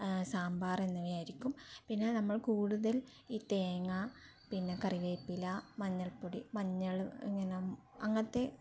സാമ്പാറ് എന്നിവയായിരിക്കും പിന്നെ നമ്മൾ കൂടുതൽ ഈ തേങ്ങ പിന്നെ കറിവേപ്പില മഞ്ഞൾപ്പൊടി മഞ്ഞള് ഇങ്ങനെ അങ്ങനത്തെ